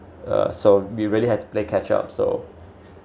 uh so we really had to play catch up so